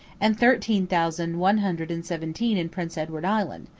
and thirteen thousand one hundred and seventeen in prince edward island,